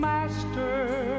Master